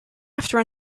after